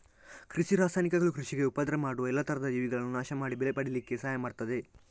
ಕೃಷಿ ರಾಸಾಯನಿಕಗಳು ಕೃಷಿಗೆ ಉಪದ್ರ ಮಾಡುವ ಎಲ್ಲಾ ತರದ ಜೀವಿಗಳನ್ನ ನಾಶ ಮಾಡಿ ಬೆಳೆ ಪಡೀಲಿಕ್ಕೆ ಸಹಾಯ ಮಾಡ್ತದೆ